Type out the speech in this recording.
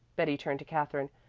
betty turned to katherine.